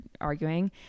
arguing